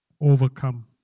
overcome